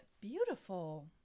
Beautiful